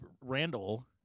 Randall